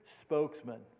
spokesman